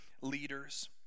leaders